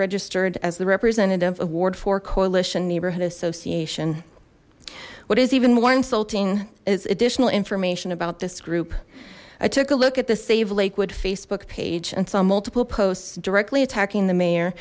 registered as the representative award for coalition neighborhood association what is even more insulting as additional information about this group i took a look at the save lakewood facebook page and saw multiple posts directly attacking the mayor